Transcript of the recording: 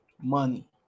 Money